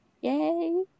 Yay